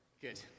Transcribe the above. Good